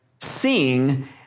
seeing